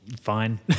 fine